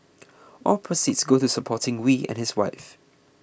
all proceeds go to supporting Wee and his wife